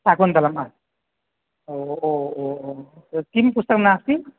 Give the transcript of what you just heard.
शाकुन्तलम् ओ ओ ओ ओ त् किं पुस्तकं नास्ति